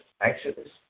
Exodus